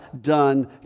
done